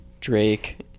Drake